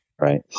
right